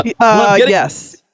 Yes